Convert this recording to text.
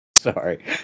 Sorry